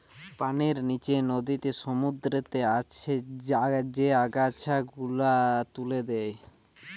পানির নিচে নদীতে, সমুদ্রতে যে আগাছা গুলা তুলে দে